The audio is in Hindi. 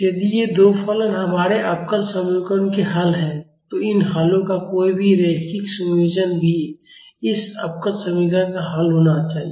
यदि ये दो फलन हमारे अवकल समीकरणों के हल हैं तो इन हलों का कोई भी रैखिक संयोजन भी इस अवकल समीकरण का हल होना चाहिए